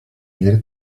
ileri